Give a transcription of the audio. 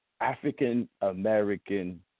African-American